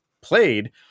played